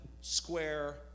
square